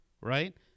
Right